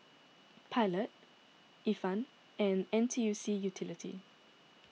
Pilot Ifan and N T U C Unity